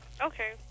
Okay